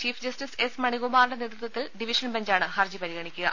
chief justice S മണികുമാ റിന്റെ നേതൃത്വത്തിൽ ഡിവിഷൻ ബെഞ്ചാണ് ഹർജി പരിഗണിക്കുക